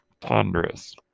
ponderous